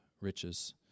riches